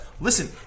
listen